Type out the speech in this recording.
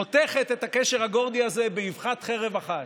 חותכת את הקשר הגורדי הזה באבחת חרב אחת.